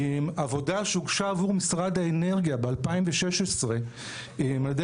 עבודה שהוגשה עבור משרד האנרגיה ב-2016 על ידי